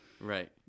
Right